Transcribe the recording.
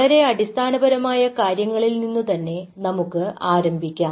വളരെ അടിസ്ഥാനപരമായ കാര്യങ്ങളിൽ നിന്നുതന്നെ നമുക്ക് ആരംഭിക്കാം